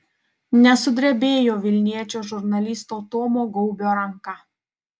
nesudrebėjo vilniečio žurnalisto tomo gaubio ranka